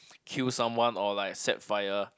kill someone or like set fire